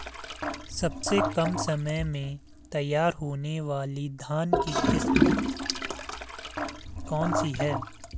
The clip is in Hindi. सबसे कम समय में तैयार होने वाली धान की किस्म कौन सी है?